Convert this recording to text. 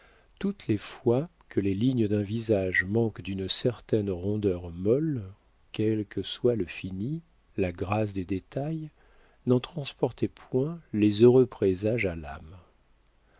toutes les fois que les lignes d'un visage manquent d'une certaine rondeur molle quels que soient le fini la grâce des détails n'en transportez point les heureux présages à l'âme